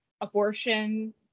abortion